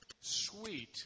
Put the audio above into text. sweet